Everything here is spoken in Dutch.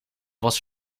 was